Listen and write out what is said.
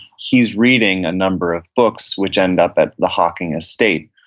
he's reading a number of books which end up at the hocking estate,